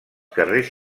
carrers